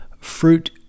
fruit